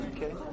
Okay